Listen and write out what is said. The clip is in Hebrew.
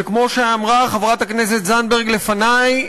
וכמו שאמרה חברת הכנסת זנדברג לפני,